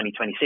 2026